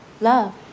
Love